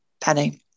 Penny